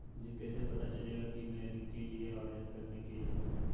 मुझे कैसे पता चलेगा कि मैं ऋण के लिए आवेदन करने के योग्य हूँ?